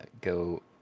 go